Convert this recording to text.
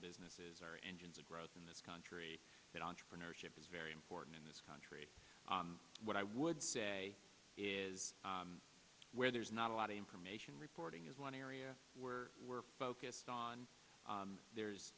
businesses are engines of growth in this country that entrepreneurship is very important in this country what i would say is where there's not a lot of information reporting is one area where we're focused on there